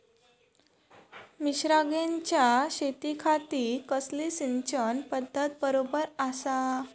मिर्षागेंच्या शेतीखाती कसली सिंचन पध्दत बरोबर आसा?